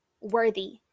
worthy